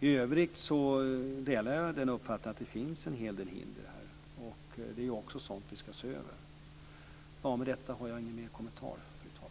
I övrigt delar jag uppfattningen att det finns en hel del hinder, och det är sådant som vi skall se över. Jag har ingen ytterligare kommentar, fru talman.